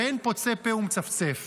ואין פוצה פה ומצפצף.